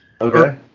Okay